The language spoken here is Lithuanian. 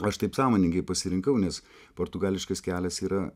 aš taip sąmoningai pasirinkau nes portugališkas kelias yra